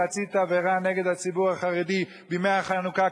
להצית את האווירה נגד הציבור החרדי בימי החנוכה,